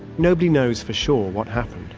nobody knows for sure what happened.